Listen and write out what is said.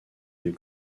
les